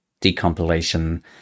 decompilation